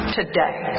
today